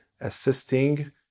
assisting